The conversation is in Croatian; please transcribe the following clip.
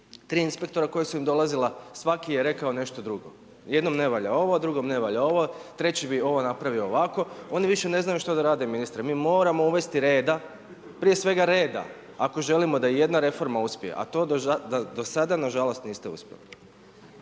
3 inspektora koji su im dolazila, svaki je rekao nešto drugo. Jednom ne valja ovo, drugom ne valja ovo, treći bi ovo napravio ovako. Oni više ne znaju što da rade, ministre. Mi moramo uvesti reda, prije svega reda ako želimo da ijedna reforma uspije. A to do sada nažalost niste uspjeli.